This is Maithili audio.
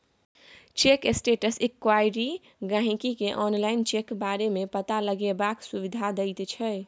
चेक स्टेटस इंक्वॉयरी गाहिंकी केँ आनलाइन चेक बारे मे पता लगेबाक सुविधा दैत छै